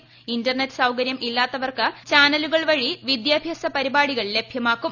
ക് ഇന്റർനെറ്റ് സൌകര്യം ഇല്ലാത്തവർക്ക് ചാനലുകൾ വഴി റ്റ്രീദ്യർഭ്യാസ പരിപാടികൾ ലഭ്യമാക്കും